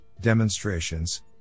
demonstrations